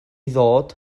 ddod